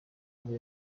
aho